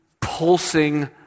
pulsing